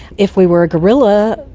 if we were a gorilla,